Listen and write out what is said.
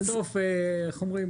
בסוף, איך אומרים?